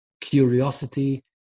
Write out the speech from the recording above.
curiosity